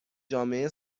جامعه